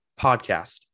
podcast